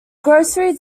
grocery